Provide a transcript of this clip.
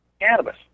cannabis